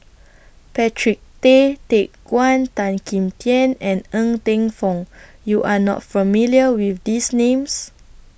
Patrick Tay Teck Guan Tan Kim Tian and Ng Teng Fong YOU Are not familiar with These Names